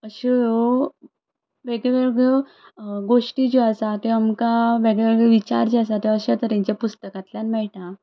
अश्यो ह्यो वेगळ्योवेगळ्यो गोश्टी ज्यो आसा त्यो आमकां वेगळेवेगळे विचार जे आसात ते अशेंत तरेंच्या पुस्तकांतल्यान मेळटा